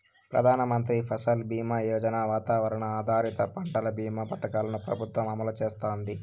ప్రధాన మంత్రి ఫసల్ బీమా యోజన, వాతావరణ ఆధారిత పంటల భీమా పథకాలను ప్రభుత్వం అమలు చేస్తాంది